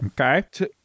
Okay